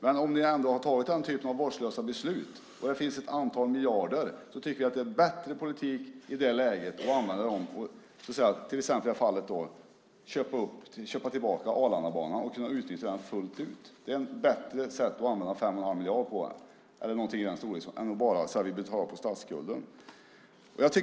När ni ändå har tagit den typen av vårdslösa beslut, och det finns ett antal miljarder, är det bättre politik i det läget att använda pengarna att köpa tillbaka Arlandabanan och utnyttja den fullt ut. Det är ett bättre sätt att använda 5 1⁄2 miljard än att bara säga att statsskulden ska betalas av.